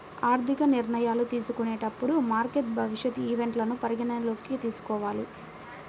ఆర్థిక నిర్ణయాలు తీసుకునేటప్పుడు మార్కెట్ భవిష్యత్ ఈవెంట్లను పరిగణనలోకి తీసుకోవాలి